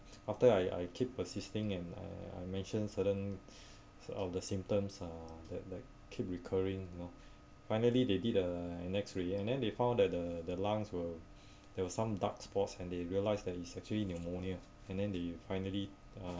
after I I keep persisting and uh I mention certain of the symptoms are that like keep recurring you know finally they did the an x ray and then they found that the the lungs were there was some dark spots and they realise that it's actually pneumonia and then they finally uh